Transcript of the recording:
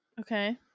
okay